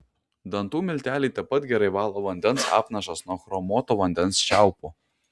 dantų milteliai taip pat gerai valo vandens apnašas nuo chromuotų vandens čiaupų